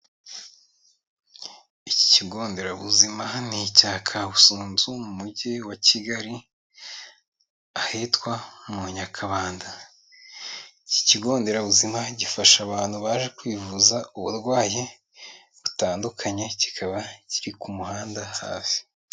Iki kigo nderabuzima ni icya Kabusunzu mu mujyi wa Kigali, ahitwa mu Nyakabanda. Iki kigo nderabuzima gifasha abantu baje kwivuza uburwayi butandukanye, kikaba kiri ku muhanda hafi.